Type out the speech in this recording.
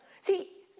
See